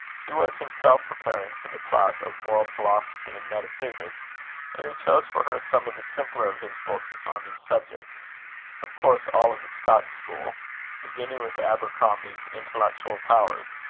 he was himself preparing for the class of moral philosophy and metaphysics and he chose for her some of the simpler of his books on these subjects of course all of the scotch school beginning with abercrombie's intellectual powers.